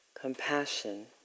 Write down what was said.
compassion